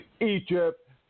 Egypt